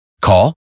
Call